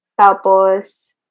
Tapos